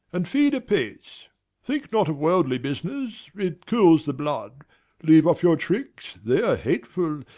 and feed a pace think not of worldly business, it cools the blood leave off your tricks, they are hateful,